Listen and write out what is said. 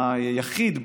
היחיד,